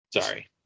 Sorry